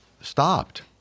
stopped